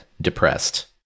depressed